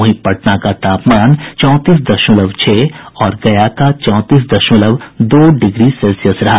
वहीं पटना का तापमान चोंतीस दशमलव छह और गया का चौंतीस दशमलव दो डिग्री सेल्सियस रहा